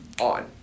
on